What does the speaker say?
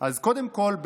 קודם כול,